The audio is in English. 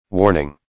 Warning